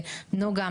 נגה,